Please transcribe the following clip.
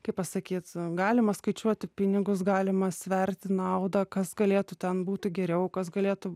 kaip pasakyt galima skaičiuoti pinigus galima sverti naudą kas galėtų ten būti geriau kas galėtų